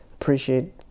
appreciate